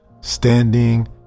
standing